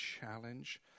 challenge